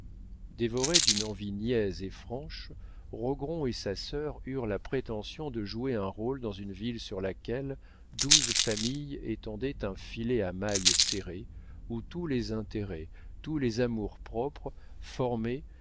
dévorés d'une envie niaise et franche rogron et sa sœur eurent la prétention de jouer un rôle dans une ville sur laquelle douze familles étendaient un filet à mailles serrées où tous les intérêts tous les amours-propres formaient